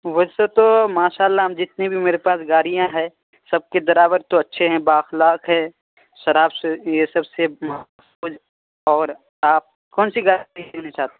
ویسے تو ماشاء الله ہم جتنی بھی میرے پاس گاڑیاں ہے سب کے ڈرائیور تو اچھے ہیں با اخلاق ہے شراب سے یہ سب سے اور آپ کون سی گاڑی لینا چاہتے ہیں